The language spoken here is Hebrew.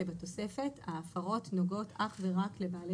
שבתוספת ההפרות נוגעות אך ורק לבעלי